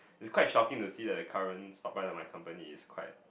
it's quite shocking to see that the current stock price of my company is quite